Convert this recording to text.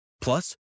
Plus